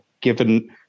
given